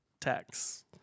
Tax